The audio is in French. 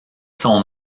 son